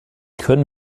können